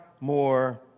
more